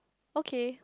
okay